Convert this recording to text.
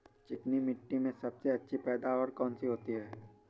चिकनी मिट्टी में सबसे अच्छी पैदावार कौन सी होती हैं?